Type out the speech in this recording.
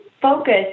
focus